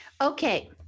Okay